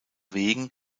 wegen